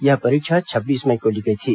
यह परीक्षा छब्बीस मई को ली गई थी